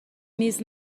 میز